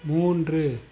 மூன்று